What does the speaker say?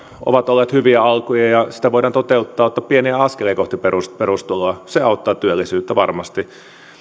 ovat olleet hyviä alkuja ja sitä voidaan toteuttaa ottaa pieniä askelia kohti perustuloa se auttaa työllisyyttä varmasti